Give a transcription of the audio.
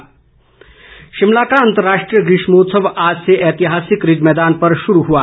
ग्रीष्मोत्सव शिमला का अंतर्राष्ट्रीय ग्रीष्मोत्सव आज से ऐतिहासिक रिज मैदान पर शुरू हुआ